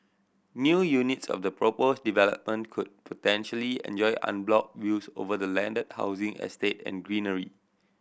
new units of the proposed development could potentially enjoy unblocked views over the landed housing estate and greenery